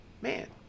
man